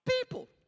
people